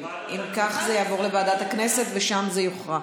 כך, זה יעבור לוועדת הכנסת ושם זה יוכרע.